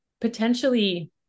potentially